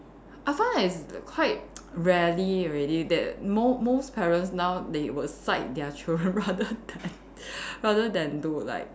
I find that it's quite rarely already that mo~ most parents now they will side their children rather than rather than to like